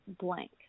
Blank